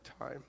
time